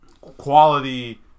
quality